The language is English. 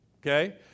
Okay